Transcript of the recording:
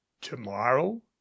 Tomorrow